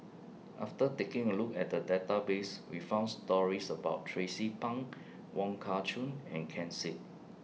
after taking A Look At The Database We found stories about Tracie Pang Wong Kah Chun and Ken Seet